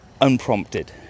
Unprompted